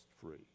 free